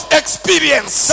experience